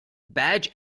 badge